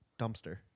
dumpster